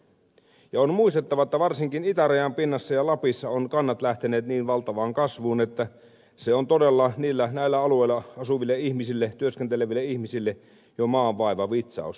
on muistettava että varsinkin itärajan pinnassa ja lapissa ovat kannat lähteneet niin valtavaan kasvuun että se on todella näillä alueilla asuville ihmisille työskenteleville ihmisille jo maanvaiva vitsaus